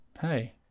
hey